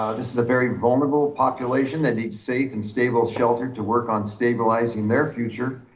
this is a very vulnerable population that needs safe and stable shelter to work on stabilizing their future.